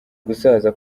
gusaza